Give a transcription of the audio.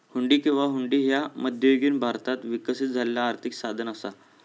हुंडी किंवा हुंडी ह्या मध्ययुगीन भारतात विकसित झालेला आर्थिक साधन असा